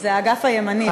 זה האגף הימני, דרך אגב.